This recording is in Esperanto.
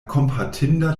kompatinda